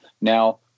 Now